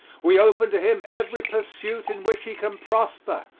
we open to him every pursuit in which he can prosper,